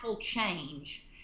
change